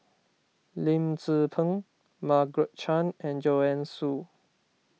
Lim Tze Peng Margaret Chan and Joanne Soo